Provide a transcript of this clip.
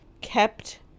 kept